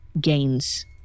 gains